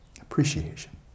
appreciation